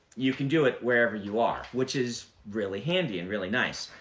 you can do it wherever you are, which is really handy and really nice.